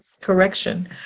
correction